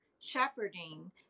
shepherding